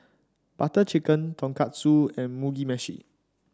Butter Chicken Tonkatsu and Mugi Meshi